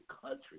country